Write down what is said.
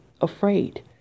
afraid